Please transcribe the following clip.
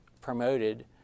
promoted